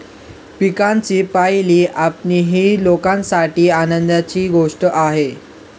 पिकांची पहिली कापणी ही लोकांसाठी आनंदाची गोष्ट आहे